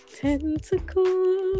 tentacles